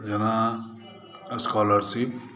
जेना स्कॉलरशिप